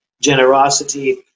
generosity